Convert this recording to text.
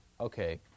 okay